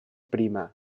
prima